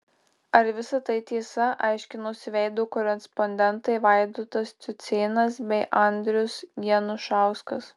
ar visa tai tiesa aiškinosi veido korespondentai vaidotas cucėnas bei andrius janušauskas